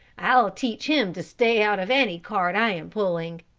i'll teach him to stay out of any cart i am pulling!